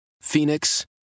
Phoenix